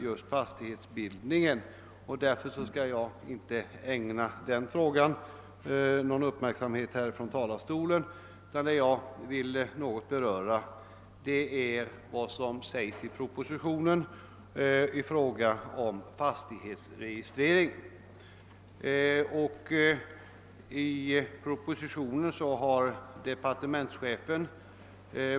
Jag skall därför inte ägna den frågan någon uppmärksamhet utan skall i stället något beröra vad som sägs i propositionen i fråga om fastighetsregistreringen.